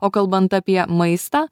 o kalbant apie maistą